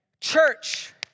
church